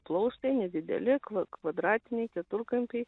plaustai nedideli kvadratiniai keturkampiai